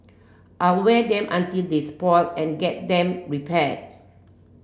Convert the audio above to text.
I'll wear them until they were spoiled and I'll get them repaired